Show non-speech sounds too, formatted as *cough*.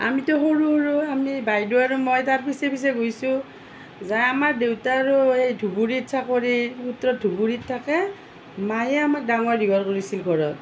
আমিতো সৰু সৰু আমি বাইদেউ আৰু মই তাৰ পিছে পিছে গৈছোঁ যাই আমাৰ দেউতাৰো এই ধুবুৰীত চাকৰি *unintelligible* ধুবুৰীত থাকে মায়ে আমাক ডাঙৰ দীঘল কৰিছিল ঘৰত